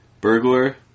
Burglar